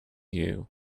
you